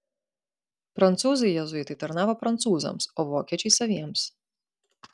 prancūzai jėzuitai tarnavo prancūzams o vokiečiai saviems